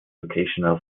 occasional